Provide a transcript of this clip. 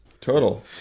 Total